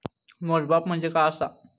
मोजमाप म्हणजे काय असा?